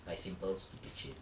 by simple stupid shit